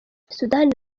sudani